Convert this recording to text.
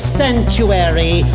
sanctuary